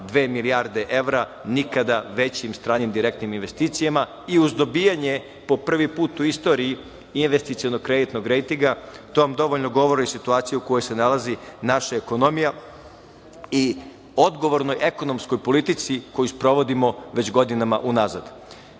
5,2 milijarde evra, nikada većim stranim direktnim investicijama i uz dobijanje po prvi put u istoriji investicionog kreditnog rejtinga, to vam dovoljno govori o situaciji u kojoj se nalazi naša ekonomija, i odgovorno ekonomskoj politici, koju sprovodimo već godinama unazad. Što